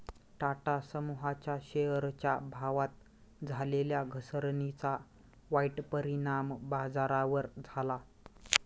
टाटा समूहाच्या शेअरच्या भावात झालेल्या घसरणीचा वाईट परिणाम बाजारावर झाला